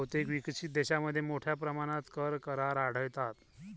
बहुतेक विकसित देशांमध्ये मोठ्या प्रमाणात कर करार आढळतात